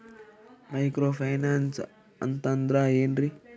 Micro finance ಅಂತಂದ್ರ ಏನ್ರೀ?